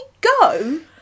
go